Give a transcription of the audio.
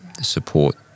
support